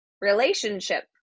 relationship